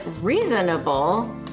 reasonable